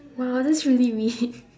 oh that's really mean